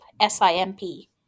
S-I-M-P